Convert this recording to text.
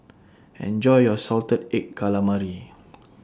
Enjoy your Salted Egg Calamari